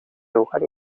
ugari